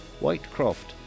Whitecroft